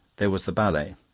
there was the ballet.